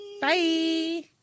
Bye